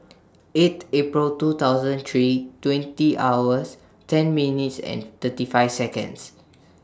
eight April two thousand three twenty hours ten minutes and thirty five Seconds